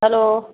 hello